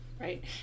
Right